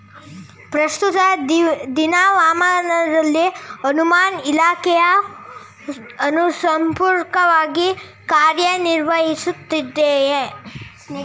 ಪ್ರಸ್ತುತ ದಿನಮಾನದಲ್ಲಿ ಹವಾಮಾನ ಇಲಾಖೆಯು ಸಮರ್ಪಕವಾಗಿ ಕಾರ್ಯ ನಿರ್ವಹಿಸುತ್ತಿದೆಯೇ?